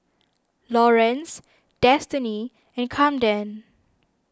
Lawerence Destiny and Camden